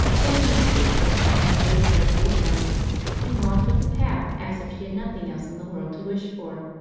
then the mistress slipped her hand through the traveller's arm and walked up the path as if she had nothing else in the world to wish for.